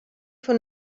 for